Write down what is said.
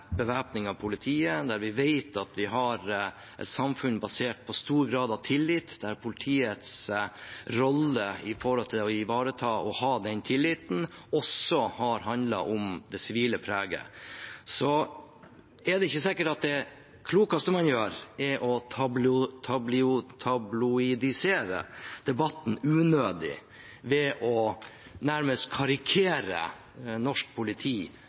bevæpning av politiet, der vi vet at vi har et samfunn basert på stor grad av tillit, og der politiets rolle når det gjelder det å ivareta og ha den tilliten, også har handlet om det sivile preget, er det ikke sikkert at det klokeste man gjør, er å tabloidisere debatten unødig ved nærmest å karikere norsk politi